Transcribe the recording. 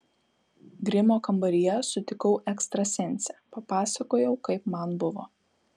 grimo kambaryje sutikau ekstrasensę papasakojau kaip man buvo